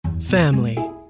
Family